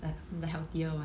the the healthier